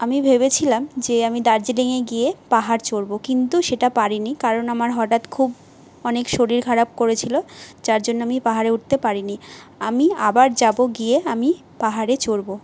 আমি ভেবেছিলাম যে আমি দার্জিলিঙে গিয়ে পাহাড় চড়বো কিন্তু সেটা পারি নি কারণ আমার হঠাৎ খুব অনেক শরীর খারাপ করেছিলো যার জন্য আমি পাহাড়ে উঠতে পারিনি আমি আবার যাবো গিয়ে আমি পাহাড়ে চড়বো